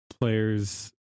players